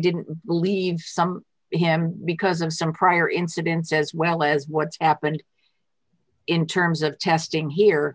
didn't believe some because of some prior incidents as well as what's happened in terms of testing here